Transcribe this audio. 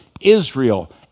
Israel